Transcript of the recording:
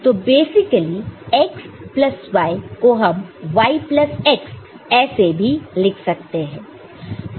तो basically x plus y को हम y प्लस x ऐसे भी लिख सकते हैं